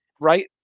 Right